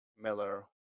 miller